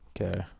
Okay